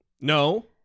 No